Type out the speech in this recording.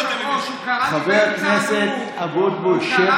חבר הכנסת אמסלם, מספיק.